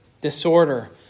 disorder